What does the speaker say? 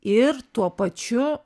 ir tuo pačiu